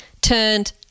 turned